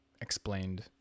explained